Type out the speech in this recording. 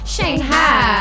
Shanghai